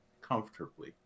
comfortably